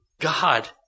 God